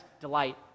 delight